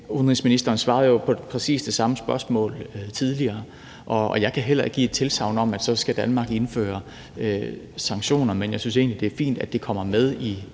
Udenrigsministeren svarede jo på præcis det samme spørgsmål tidligere, og jeg kan heller ikke give tilsagn om, at så skal Danmark indføre sanktioner. Men jeg synes egentlig, det er fint, at det kommer med i